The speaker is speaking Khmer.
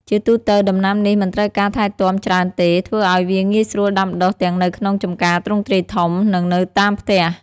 ជាទូទៅ ដំណាំនេះមិនត្រូវការការថែទាំច្រើនទេ ធ្វើឱ្យវាងាយស្រួលដាំដុះទាំងនៅក្នុងចំការទ្រង់ទ្រាយធំ និងនៅតាមផ្ទះ។